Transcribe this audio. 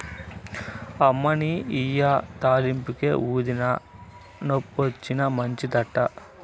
అమ్మనీ ఇయ్యి తాలింపుకే, ఊదినా, నొప్పొచ్చినా మంచిదట